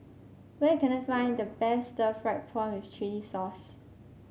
where can I find the best Stir Fried Prawn with Chili Sauce